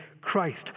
Christ